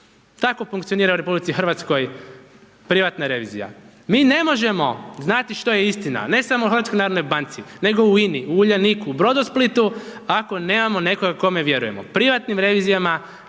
Tako funkcionira u RH privatna revizija. Mi ne možemo znati što je istina ne samo u HNB-u, nego u INI, u Uljaniku, u Brodosplitu, ako nemamo nekoga kome vjerujemo, privatnim revizijama